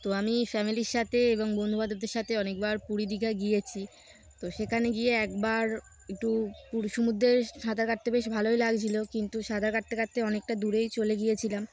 তো আমি ফ্যামিলির সাথে এবং বন্ধুবান্ধবদের সাথে অনেকবার পুরী দীঘা গিয়েছি তো সেখানে গিয়ে একবার একটু পুরীর সমুদ্রে সাঁতার কাটতে বেশ ভালোই লাগছিল কিন্তু সাঁতার কাটতে কাটতে অনেকটা দূরেই চলে গিয়েছিলাম